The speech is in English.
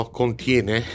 contiene